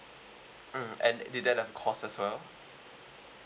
mm and did that have cost as well